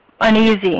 uneasy